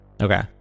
Okay